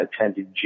attended